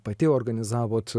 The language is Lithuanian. pati organizavot